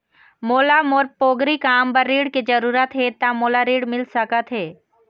मोला मोर पोगरी काम बर ऋण के जरूरत हे ता मोला ऋण मिल सकत हे?